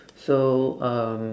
so um